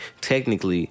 technically